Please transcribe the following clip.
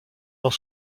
dans